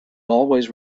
always